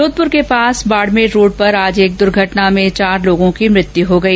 जोधपुर के पास बाड़मेर रोड पर आज एक दुर्घटना में चार लोगों की मृत्यु हो गई